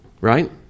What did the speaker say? right